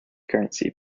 currency